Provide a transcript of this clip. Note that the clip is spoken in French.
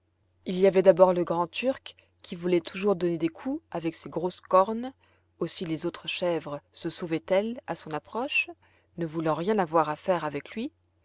il y avait d'abord le grand turc qui voulait toujours donner des coups avec ses grosses cornes aussi les autres chèvres se sauvaient elles à son approche ne voulant rien avoir à faire avec lui